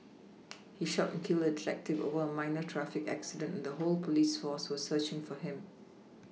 he shot and killed a detective over a minor traffic accident the whole police force was searching for him